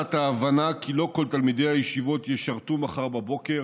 ותחת ההבנה כי לא כל תלמידי הישיבות ישרתו מחר בבוקר,